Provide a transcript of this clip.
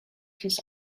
his